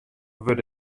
wurde